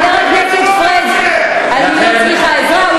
חבר הכנסת פריג', אני לא צריכה עזרה.